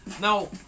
Now